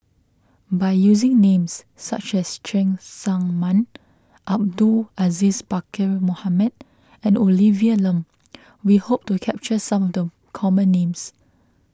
by using names such as Cheng Tsang Man Abdul Aziz Pakkeer Mohamed and Olivia Lum we hope to capture some of the common names